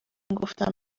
گفتم